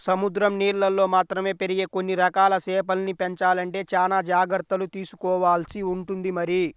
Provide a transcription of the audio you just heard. సముద్రం నీళ్ళల్లో మాత్రమే పెరిగే కొన్ని రకాల చేపల్ని పెంచాలంటే చానా జాగర్తలు తీసుకోవాల్సి ఉంటుంది మరి